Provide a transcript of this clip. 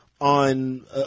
on